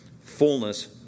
fullness